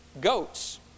Goats